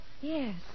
Yes